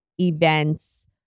events